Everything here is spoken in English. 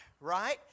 right